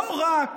לא רק